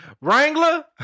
Wrangler